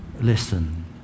listen